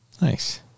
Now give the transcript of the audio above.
nice